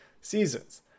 seasons